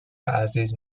عزیز